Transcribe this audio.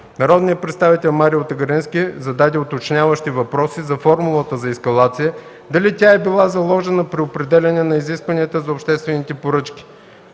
Народният представител Марио Тагарински зададе уточняващи въпроси за формулата за ескалация, дали тя е била заложена при определяне на изискванията за обществената поръчка